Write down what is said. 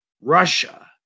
Russia